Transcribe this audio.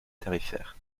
tarifaires